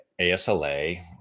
ASLA